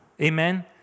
Amen